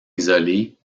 isolés